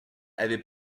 avait